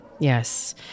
Yes